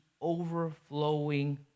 overflowing